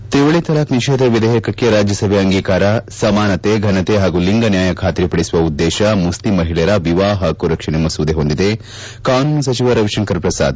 ತ್ರಿವಳಿ ತಲಾಕ್ ನಿಷೇಧ ವಿಧೇಯಕಕ್ಕೆ ರಾಜ್ಯಸಭೆ ಅಂಗೀಕಾರ ಸಮಾನತೆ ಫನತೆ ಹಾಗೂ ಲಿಂಗ ನ್ನಾಯ ಖಾತರಿಪಡಿಸುವ ಉದ್ದೇಶ ಮುಖ್ಲಿಂ ಮಹಿಳೆಯರ ವಿವಾಹ ಹಕ್ಕು ರಕ್ಷಣೆ ಮಸೂದೆ ಹೊಂದಿದೆ ಕಾನೂನು ಸಚಿವ ರವಿಶಂಕರ್ ಪ್ರಸಾದ್